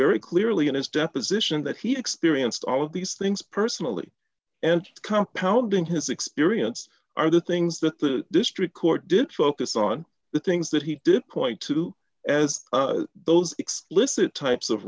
very clearly in his deposition that he experienced all of these things personally and compound in his experience are the things that the district court did focus on the things that he did quite to as those explicit types of